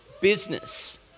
business